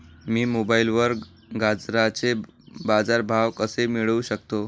मी मोबाईलवर गाजराचे बाजार भाव कसे मिळवू शकतो?